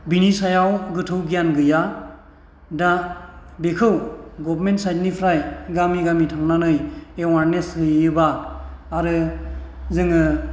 बेनि सायाव गोथौ गियान गैया दा बेखौ गभर्नमेन्ट साइडनिफ्राय गामि गामि थांनानै एवारनेस होयोब्ला आरो जोङो